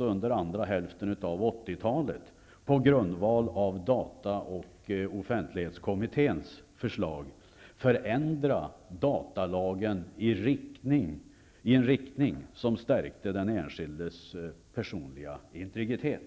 under andra hälften av 80-talet på grundval av dataoch offentlighetskommitténs förslag kunde förändra datalagen i en riktning som stärkte den enskildes personliga integritet.